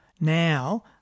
now